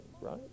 right